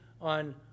on